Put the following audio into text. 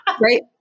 Right